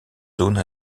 zone